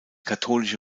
katholische